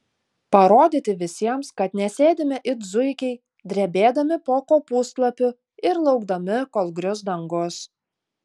parodyti visiems kad nesėdime it zuikiai drebėdami po kopūstlapiu ir laukdami kol grius dangus